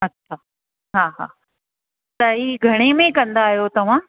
अच्छा हा हा त ई घणे में कंदा आहियो तव्हां